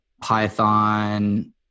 Python